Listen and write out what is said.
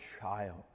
child